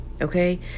okay